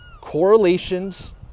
correlations